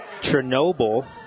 Chernobyl